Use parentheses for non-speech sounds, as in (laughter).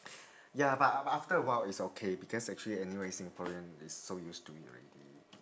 (breath) ya but but after a while it's okay because actually anyway singaporean they so used to it already